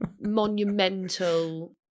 monumental